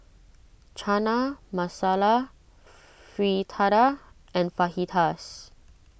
Chana Masala Fritada and Fajitas